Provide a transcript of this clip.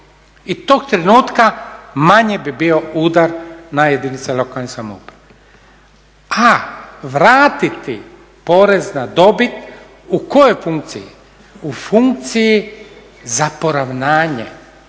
I tog trenutka manji bi bio udar na jedinice lokalne samouprave. A vratiti porez na dobit u kojoj funkciji? U funkciji za poravnanje